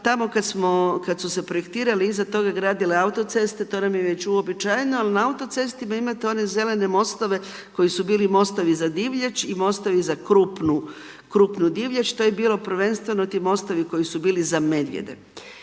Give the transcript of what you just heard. tamo kada su se projektirali i iza toga gradile autoceste, to nam je već uobičajeno, ali na autocesti imate one zelene mostove, koji su bili mostovi za divljač i mostovi za krupniju divljač, to je bilo prvenstveno ti mostovi koji su bili za medvjede.